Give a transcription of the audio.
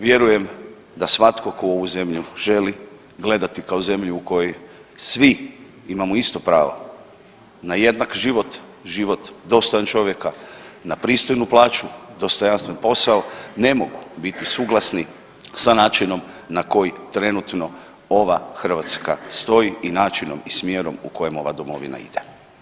Vjerujem da svatko tko ovu zemlju želi gledati kao zemlju u kojoj svi imamo isto pravo na jednak život, život dostojan čovjeka, na pristojnu plaću, dostojanstven posao, ne mogu biti suglasni sa načinom na koji trenutno ova Hrvatska stoji i načinom i smjerom u kojem ova domovina ide.